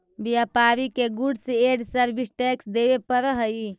व्यापारि के goods and service tax देवे पड़ऽ हई